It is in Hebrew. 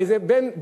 הרי זה בן ביולוגי,